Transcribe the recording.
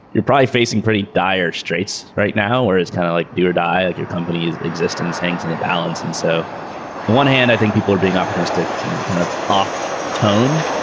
you're probably facing pretty dire straits right now where it's kind of like do or die, like your company's existence hangs in the balance. and so on one hand, i think people are being opportunistic and kind of off tone.